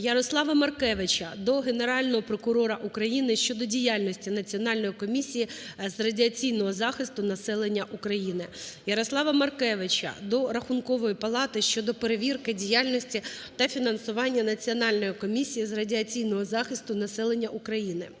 Ярослава Маркевича до Генерального прокурора України щодо діяльності Національної комісії з радіаційного захисту населення України. Ярослава Маркевича до Рахункової палати щодо перевірки діяльності та фінансування Національної комісії з радіаційного захисту населення України.